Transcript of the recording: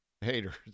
haters